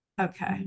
Okay